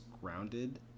grounded